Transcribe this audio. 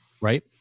Right